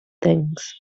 things